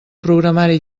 programari